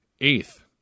Eighth